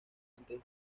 antes